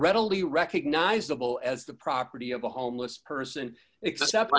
readily recognizable as the property of a homeless person except